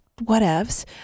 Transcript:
whatevs